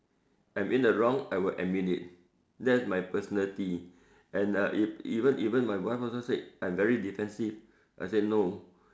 I'm in the wrong I would admit it that's my personality and uh if even even my wife also said I'm very defensive I say no